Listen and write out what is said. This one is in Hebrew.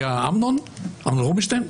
היה אמנון רובינשטיין.